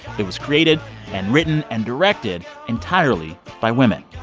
it was created and written and directed entirely by women,